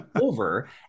over